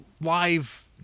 live